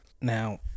now